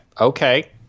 Okay